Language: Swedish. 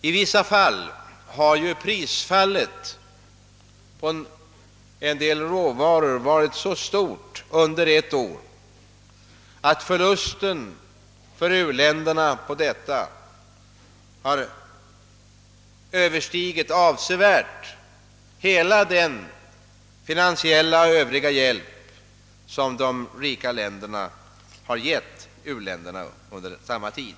Det har förekommit att prisfallet på en del råvaror varit så stort under ett år, att förlusten för u-länderna på detta prisfall har avsevärt överstigit hela den finansiella hjälpen och hjälpen i övrigt som de rika länderna har gett u-länderna under samma tid.